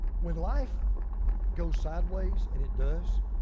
when life goes sideways, and it does,